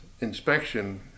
inspection